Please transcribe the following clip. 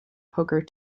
poker